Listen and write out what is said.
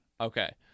Okay